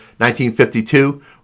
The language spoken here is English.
1952